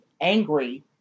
angry